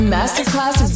Masterclass